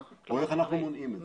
או איך אנחנו מונעים את זה.